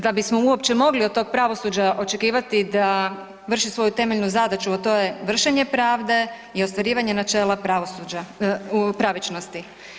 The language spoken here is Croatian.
Da bismo uopće mogli od tog pravosuđa očekivati da vrši svoju temeljnu zadaću, a to je vršenje pravde i ostvarivanje načela pravosuđa, pravičnosti.